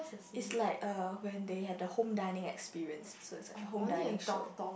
is like a when they have the home dining experience so it's like home dining show